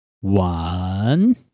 One